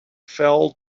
fell